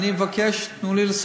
אני מבקש, תנו לי לסיים.